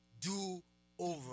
do-over